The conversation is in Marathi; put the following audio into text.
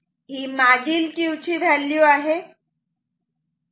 ही मागील Q ची व्हॅल्यू आहे